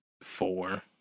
Four